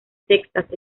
texas